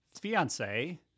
fiance